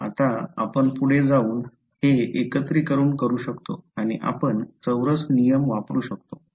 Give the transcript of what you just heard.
आता आम्ही पुढे जाऊन हे एकत्रीकरण करू शकतो आणि आपण चौरस नियम वापरू शकता